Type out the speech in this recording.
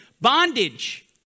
bondage